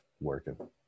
working